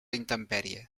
intempèrie